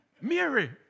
Mary